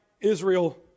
Israel